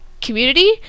community